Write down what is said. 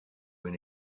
when